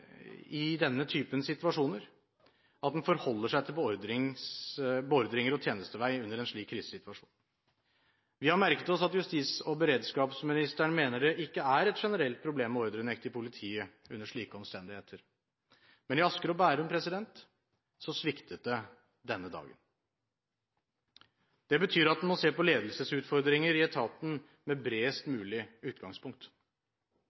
i denne typen situasjoner, at den forholder seg til beordringer og tjenestevei under en slik krisesituasjon. Vi har merket oss at justis- og beredskapsministeren mener at det ikke er et generelt problem med ordrenekt i politiet under slike omstendigheter, men i Asker og Bærum sviktet det denne dagen. Det betyr at en må se på ledelsesutfordringer i etaten med bredest